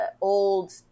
old